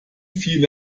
viele